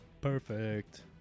perfect